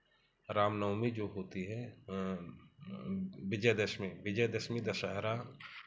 रामनवमी जो होती है विजयदशमी विजयदशमी दशहरा